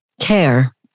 care